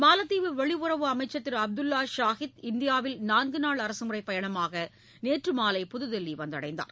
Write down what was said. மாலத்தீவு வெளியுறவு அமைச்சர் திரு அப்துல்லா ஷாஹித் இந்தியாவில் நான்குநாள் அரசமுறைப் பயணமாக நேற்று மாலை புதுதில்லி வந்துள்ளார்